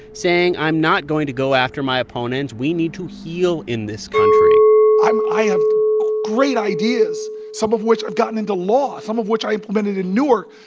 saying i'm not going to go after my opponent we need to heal in this country i have great ideas, some of which i've gotten into law, some of which i implemented in newark.